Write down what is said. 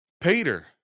Peter